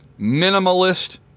minimalist